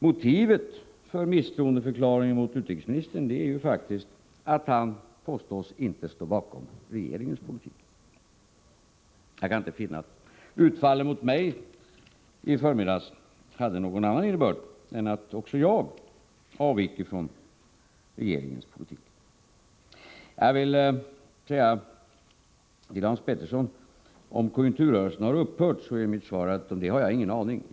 Motivet för misstroendeförklaringen mot utrikesministern är ju faktiskt att han påstås inte stå bakom regeringens politik. Jag kan inte finna att utfallet mot mig i förmiddags hade någon annan innebörd än att också jag avvek från regeringens politik. På Hans Peterssons i Hallstahammar fråga om konjunkturrörelsen har upphört så är mitt svar att jag inte har någon aning om det.